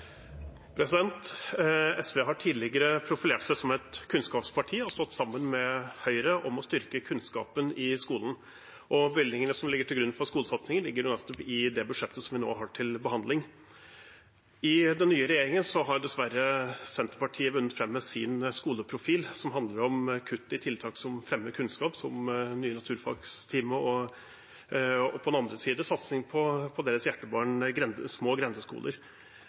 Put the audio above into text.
stått sammen med Høyre om å styrke kunnskapen i skolen. Meldingene som ligger til grunn for skolesatsingen, ligger nettopp i det budsjettet vi nå har til behandling. I den nye regjeringen har Senterpartiet dessverre vunnet fram med sin skoleprofil, som handler om kutt i tiltak som fremmer kunnskap, som en ekstra naturfagstime. På den andre siden er det satsing på deres hjertebarn: små grendeskoler.